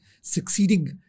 succeeding